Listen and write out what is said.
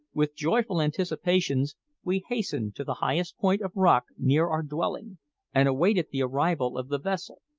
with joyful anticipations we hastened to the highest point of rock near our dwelling and awaited the arrival of the vessel,